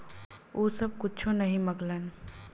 उ सब कुच्छो नाही माँगलन